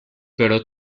pero